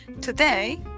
today